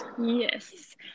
Yes